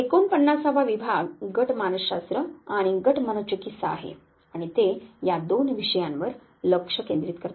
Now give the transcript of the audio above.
49 वा विभाग गट मानसशास्त्र आणि गट मनोचिकित्सा आहे आणि ते या दोन विषयांवर लक्ष केंद्रित करतात